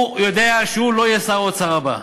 הוא יודע שהוא לא יהיה שר האוצר הבא.